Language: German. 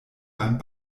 beim